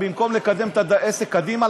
במקום לקדם את העסק קדימה,